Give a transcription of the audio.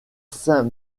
saint